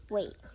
Wait